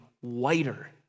whiter